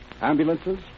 ambulances